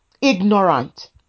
ignorant